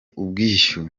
ubwishyu